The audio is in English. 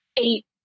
eight